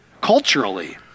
culturally